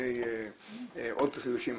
מפני עוד חידושים.